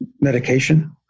medication